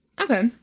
Okay